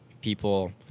people